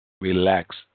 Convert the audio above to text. Relax